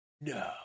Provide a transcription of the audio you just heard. No